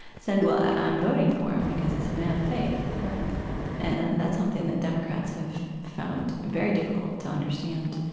said, well, i'm voting for him, because he's a man of faith right and that's something that democrats have found very difficult to understand,